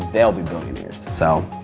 they'll be billionaires. so,